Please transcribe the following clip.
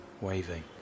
waving